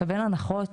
לקבל הנחות